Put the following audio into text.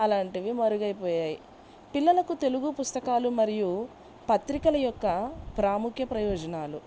అలాంటివి మరుగైపోయాయి పిల్లలకు తెలుగు పుస్తకాలు మరియు పత్రికల యొక్క ప్రాముఖ్య ప్రయోజనాలు